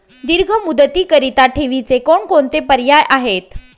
दीर्घ मुदतीकरीता ठेवीचे कोणकोणते पर्याय आहेत?